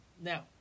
Now